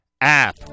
app